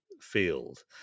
field